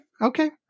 Okay